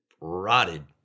rotted